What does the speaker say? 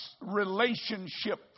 relationship